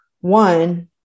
One